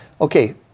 Okay